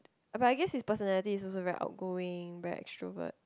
but I guess his personality is also very outgoing very extrovert